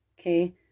okay